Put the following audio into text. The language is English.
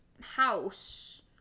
house